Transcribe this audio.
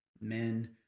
men